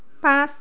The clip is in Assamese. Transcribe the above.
পাঁচ